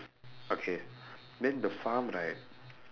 okay then the farm right